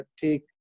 take